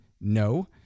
No